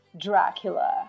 Dracula